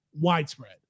widespread